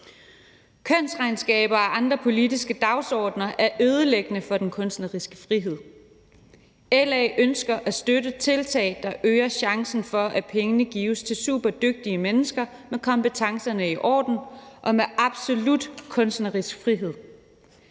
Kønsregnskaber og andre politiske dagsordener er ødelæggende for den kunstneriske frihed. LA ønsker at støtte tiltag, der øger chancen for, at pengene gives til superdygtige mennesker med kompetencerne i orden og med absolut kunstnerisk frihed.